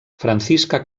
francisca